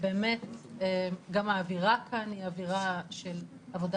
ובאמת גם האווירה כאן היא אווירה של עבודה